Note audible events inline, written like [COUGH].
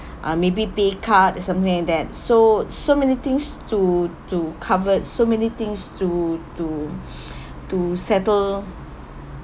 uh maybe pay card or something like that so so many things to to cover so many things to to [BREATH] to settle